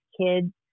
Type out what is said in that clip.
kids